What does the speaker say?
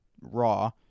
Raw